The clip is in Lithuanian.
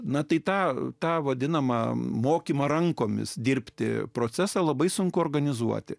na tai tą tą vadinamą mokymą rankomis dirbti procesą labai sunku organizuoti